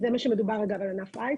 זה מה שמדובר, אגב, על ענף ההייטק.